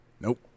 Nope